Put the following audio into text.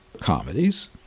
comedies